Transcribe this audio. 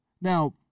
now